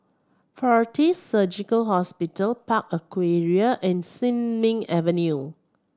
Fortis Surgical Hospital Park Aquaria and Sin Ming Avenue